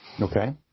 Okay